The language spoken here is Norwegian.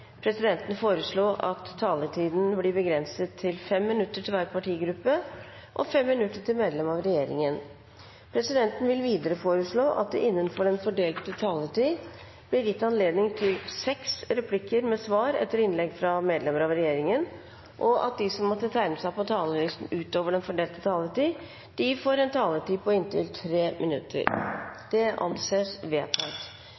presidenten foreslå at taletiden blir begrenset til 5 minutter til hver partigruppe og 5 minutter til medlem av regjeringen. Videre vil presidenten foreslå at det innenfor den fordelte taletid blir gitt anledning til tre replikker med svar etter innlegg fra medlem av regjeringen, og at de som måtte tegne seg på talerlisten utover den fordelte taletid, får en taletid på inntil 3 minutter. – Det anses vedtatt.